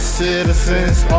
citizens